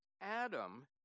Adam